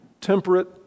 Temperate